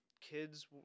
kids